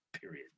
period